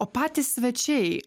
o patys svečiai